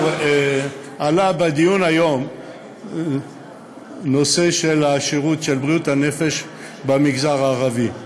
עלה בדיון היום הנושא של השירות של בריאות הנפש במגזר הערבי.